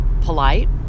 polite